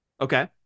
okay